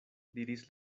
diris